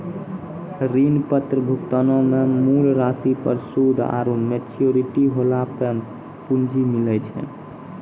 ऋण पत्र भुगतानो मे मूल राशि पर सूद आरु मेच्योरिटी होला पे पूंजी मिलै छै